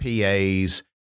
PAs